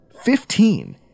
Fifteen